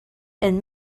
and